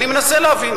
אני מנסה להבין.